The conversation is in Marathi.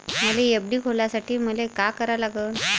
मले एफ.डी खोलासाठी मले का करा लागन?